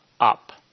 up